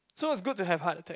so it's good to have heart attack